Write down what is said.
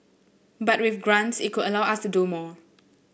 but with grants it could allow us to do more